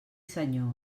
senyor